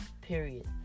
period